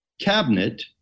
cabinet